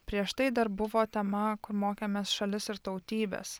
prieš tai dar buvo tema kur mokėmės šalis ir tautybes